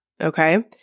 Okay